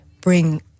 bring